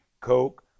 coke